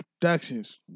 Productions